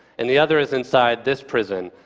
and the other is inside this prison,